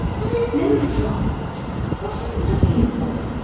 there is no draught what are you looking for?